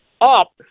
up